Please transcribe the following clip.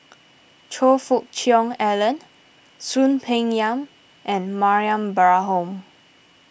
Choe Fook Cheong Alan Soon Peng Yam and Mariam Baharom